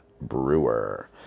Brewer